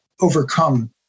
overcome